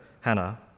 Hannah